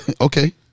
Okay